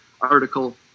article